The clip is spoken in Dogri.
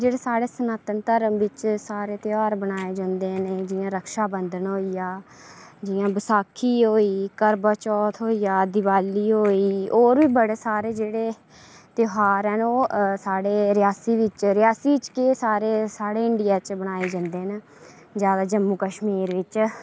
जेह्ड़ा साढ़े सनातन धर्म बिच सारे ध्यार मनाए जंदे न जियां रक्षा बंधन होई गेआ जि'यां बसखी होई करवा चौथ होई गेआ दीवाली होई होर बी बड़े सारे जेह्ड़े ध्यार ओह् साढ़े रियासी बिच रियासी केह् सारे इंडिया च मनाए जंदे न ज्यादा जम्मू कश्मीर च